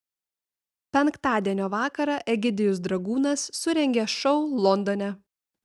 penktadienio vakarą egidijus dragūnas surengė šou londone